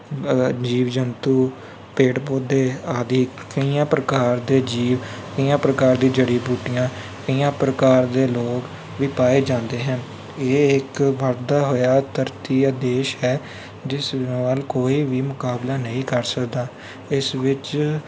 ਜੀਵ ਜੰਤੂ ਪੇੜ ਪੌਦੇ ਆਦਿ ਕਈਆਂ ਪ੍ਰਕਾਰ ਦੇ ਜੀਵ ਕਈਆਂ ਪ੍ਰਕਾਰ ਦੀ ਜੜੀ ਬੂਟੀਆਂ ਕਈਆਂ ਪ੍ਰਕਾਰ ਦੇ ਲੋਕ ਵੀ ਪਾਏ ਜਾਂਦੇ ਹਨ ਇਹ ਇੱਕ ਵੱਧਦਾ ਹੋਇਆ ਧਰਤੀ ਜਾਂ ਦੇਸ਼ ਹੈ ਜਿਸ ਨਾਲ ਕੋਈ ਵੀ ਮੁਕਾਬਲਾ ਨਹੀਂ ਕਰ ਸਕਦਾ ਇਸ ਵਿੱਚ